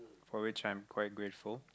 for which I am quite grateful